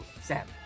Sam